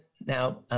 now